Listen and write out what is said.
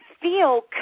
feel